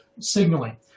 signaling